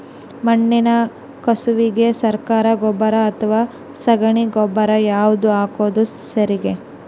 ಮಣ್ಣಿನ ಕಸುವಿಗೆ ಸರಕಾರಿ ಗೊಬ್ಬರ ಅಥವಾ ಸಗಣಿ ಗೊಬ್ಬರ ಯಾವ್ದು ಹಾಕೋದು ಸರೇರಿ?